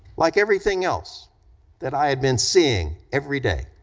like everything else that i had been seeing every day.